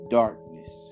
darkness